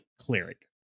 Cleric